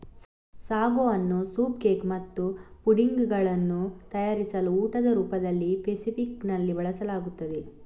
sago ಅನ್ನು soup cake ಮತ್ತು pudding ಗಳನ್ನು ತಯಾರಿಸಲು ಊಟದ ರೂಪದಲ್ಲಿ ಫೆಸಿಫಿಕ್ ನಲ್ಲಿ ಬಳಸಲಾಗುತ್ತದೆ